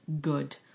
good